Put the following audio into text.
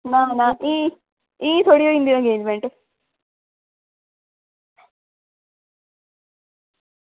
ना ना एह् एह् थोह्ड़े होई जंदी अंगेज़मेंट